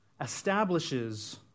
establishes